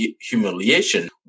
humiliation